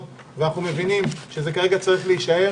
יש דברים שחשבנו שצריך לשנות ואנחנו מבינים שזה כרגע צריך להישאר.